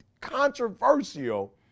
controversial